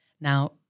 Now